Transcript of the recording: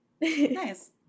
Nice